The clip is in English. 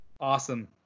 Awesome